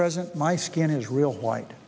president my skin is real white